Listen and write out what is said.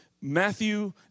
Matthew